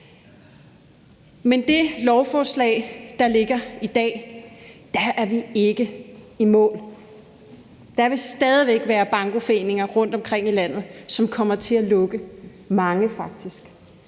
med det lovforslag, der ligger her i dag, er vi ikke i mål. Der vil stadig væk være bankoforeninger rundtomkring i landet, som kommer til at lukke, faktisk